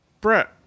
Brett